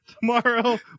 tomorrow